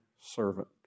servant